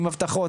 עם אבטחות,